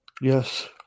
Yes